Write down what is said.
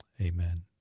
amen